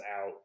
out